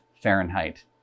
Fahrenheit